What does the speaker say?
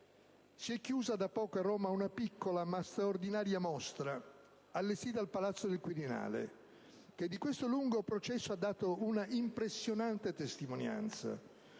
Si è chiusa da poco a Roma una piccola, ma straordinaria mostra, allestita al Palazzo del Quirinale, che di questo lungo processo ha dato un'impressionante testimonianza.